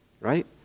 right